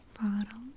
bottle